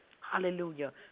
Hallelujah